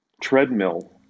treadmill